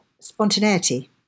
spontaneity